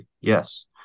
yes